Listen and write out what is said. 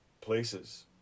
places